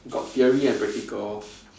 got theory and practical